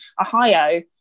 Ohio